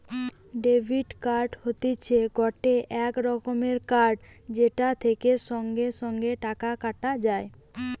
debit card হতিছে গটে রকমের কার্ড যেটা থেকে সঙ্গে সঙ্গে টাকা কাটা যায়